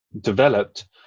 developed